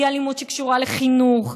היא אלימות שקשורה לחינוך,